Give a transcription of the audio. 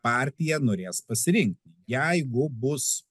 partija norės pasirinkti jeigu bus